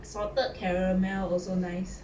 salted caramel also nice